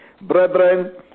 Brethren